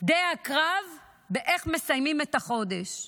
שדה הקרב באיך מסיימים את החודש.